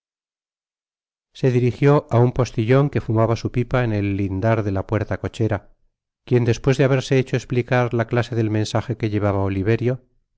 se dirijió á un postillon que fumaba su pipa en el lindar de la puerta cochera quien despues de haberse hecho esplicar la clase del mensaje que llevaba oliverio